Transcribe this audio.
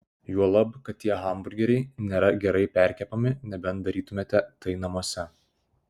juolab kad tie hamburgeriai nėra gerai perkepami nebent darytumėte tai namuose